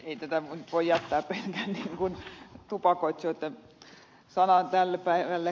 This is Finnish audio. ei tätä nyt voi jättää pelkästään tupakoitsijoitten sanaan tänäänkään